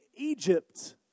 Egypt